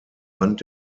band